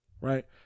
right